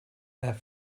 have